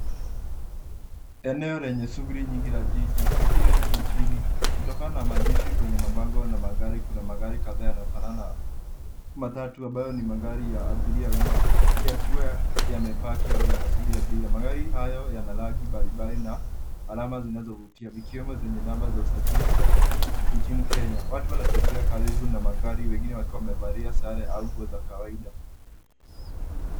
Eneo lenye shughuli nyingi la jiji pengine nchini kutokana na maandishi kwenye mabango na magari. Kuna magari kadhaa yanayofanana na matatu ambayo ni ya abiri ya umma yakiwa yamepaki au yanasubiri abiria. Magari hayo yana rangi mbalimbali na alama zinazovutia vikiwemo zenye namba za usajili za nchini kenya. Watu wanatembea karibu na magari wengine wakiwa wamevalia sare au nguo za kawaida.